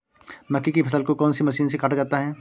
मक्के की फसल को कौन सी मशीन से काटा जाता है?